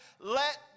let